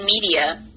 media